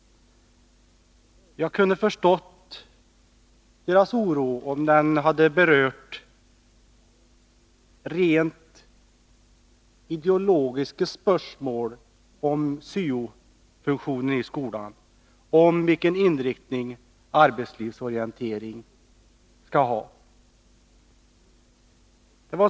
Jag kunde ha förstått deras oro, om den hade berört rent ideologiska spörsmål om syo-funktionen i skolan och om vilken inriktning arbetslivsorientering skall ha.